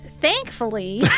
thankfully